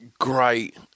great